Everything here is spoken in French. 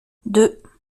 deux